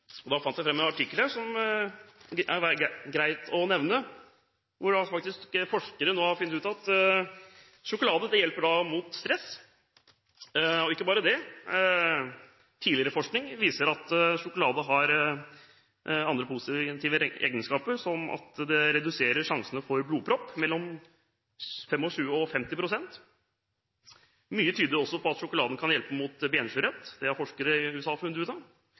fant fram en artikkel som det er greit å nevne. Forskere har funnet ut at sjokolade hjelper mot stress. Ikke bare det – tidligere forskning viser at sjokolade har andre positive egenskaper, som at det reduserer sjansene for blodpropp med mellom 25 og 50 pst. Mye tyder også på at sjokoladen kan hjelpe mot benskjørhet. Det har forskere i USA